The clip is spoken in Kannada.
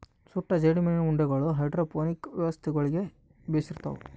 ಸುಟ್ಟ ಜೇಡಿಮಣ್ಣಿನ ಉಂಡಿಗಳು ಹೈಡ್ರೋಪೋನಿಕ್ ವ್ಯವಸ್ಥೆಗುಳ್ಗೆ ಬೆಶಿರ್ತವ